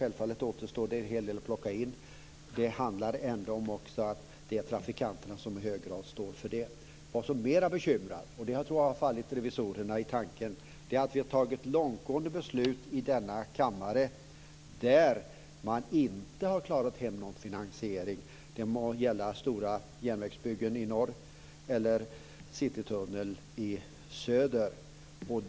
Det är i hög grad trafikanterna som står för detta. Det som är mer bekymmersamt - och som även revisorerna har tänkt på - är att vi i denna kammare har fattat långtgående beslut där det inte finns någon finansiering. Det kan gälla stora järnvägsbyggen i norr eller Citytunneln i söder.